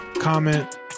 Comment